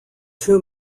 two